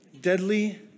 deadly